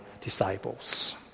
disciples